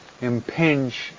impinge